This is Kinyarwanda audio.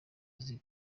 uzi